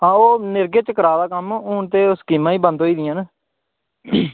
आहो नरेगे च कराऽ दा कम्म हून ते ओह् स्कीमां ई बंद होई दियां न